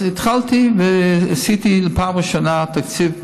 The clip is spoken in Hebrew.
אז התחלתי והקציתי בפעם הראשונה תקציב,